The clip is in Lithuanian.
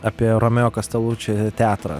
apie romeo kasteluči teatrą